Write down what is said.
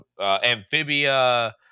amphibia